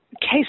case